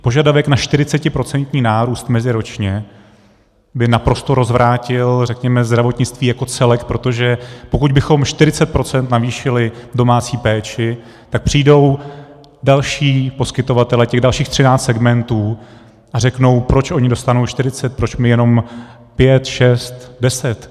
Požadavek na 40% nárůst meziročně by naprosto rozvrátil zdravotnictví jako celek, protože pokud bychom o 40 % navýšili domácí péči, tak přijdou další poskytovatelé těch dalších třinácti segmentů a řeknou, proč oni dostanou čtyřicet, proč my jenom pět, šest, deset.